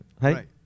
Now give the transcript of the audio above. right